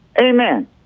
Amen